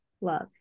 love